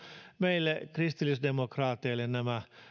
meille kristillisdemokraateille